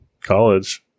college